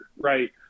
right